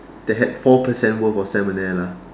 that had four percent worth of salmonella